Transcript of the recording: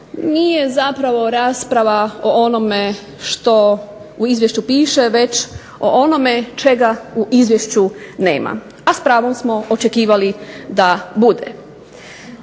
nije zapravo rasprava o onome što u izvješću piše već o onome čega u izvješću nema. A s pravom smo očekivali da bude.